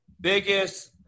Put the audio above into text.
biggest